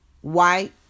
white